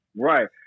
right